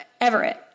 Everett